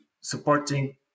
supporting